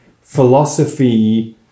philosophy